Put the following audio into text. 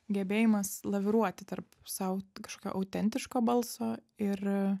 gebėjimas laviruoti tarp sau kažkokio autentiško balso ir